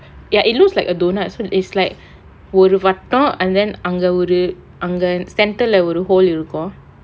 ya it looks like a doughnut is like ஒரு வட்டம்:oru vattam and then அங்க ஒரு அங்க:anga oru anga centre leh ஒரு:oru hole இருக்கும்:irukkum